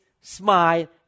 smile